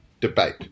debate